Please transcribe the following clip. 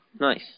Nice